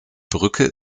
brücke